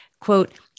quote